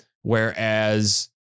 Whereas